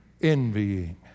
envying